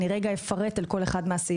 אני אפרט בקצרה על כל אחד מהסעיפים.